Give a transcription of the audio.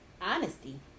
Honesty